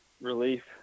relief